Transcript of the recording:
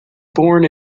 born